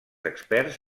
experts